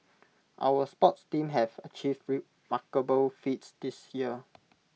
our sports teams have achieved remarkable feats this year